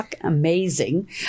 amazing